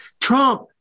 Trump